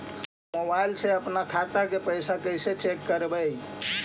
Mobile से अपन खाता के पैसा कैसे चेक करबई?